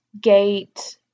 Gate